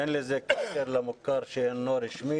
אין לזה קשר למוכר שאינו רשמי.